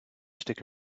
stick